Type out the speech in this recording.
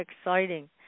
exciting